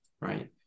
right